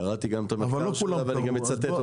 קראתי גם את המחקר שלה ואני גם מצטט אותו.